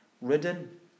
ridden